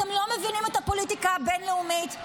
אתם לא מבינים את הפוליטיקה הבין-לאומית,